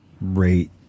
rate